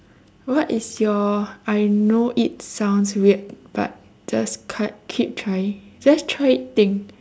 what is your I know it sounds weird but just cu~ keep trying just try it thing